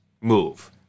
move